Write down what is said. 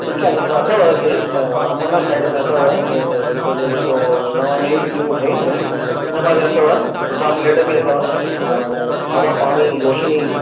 ठीकु आहे सभु अथव हिते अंबरनाथ साइड में अथव ऐं पंहिंजो जे को नव नयूं बिल्डिगूं ठहियूं न हिन पासे अथव सुठा फ्लैट बि अथव ऐं हवा पाणी रोशिनी